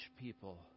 people